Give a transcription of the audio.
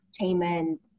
Entertainment